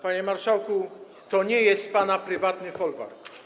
Panie marszałku, to nie jest pana prywatny folwark.